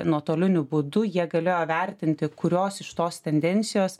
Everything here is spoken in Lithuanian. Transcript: nuotoliniu būdu jie galėjo vertinti kurios iš tos tendencijos